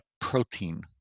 protein